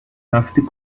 رفتی